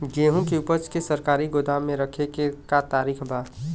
गेहूँ के ऊपज के सरकारी गोदाम मे रखे के का तरीका बा?